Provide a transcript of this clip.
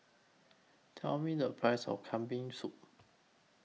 Tell Me The Price of Kambing Soup